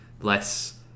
less